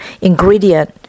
ingredient